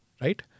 right